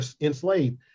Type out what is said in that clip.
enslaved